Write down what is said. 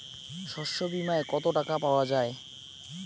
শস্য বিমায় কত টাকা পাওয়া যায়?